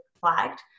flagged